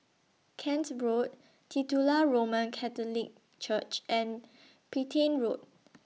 Kent Road Titular Roman Catholic Church and Petain Road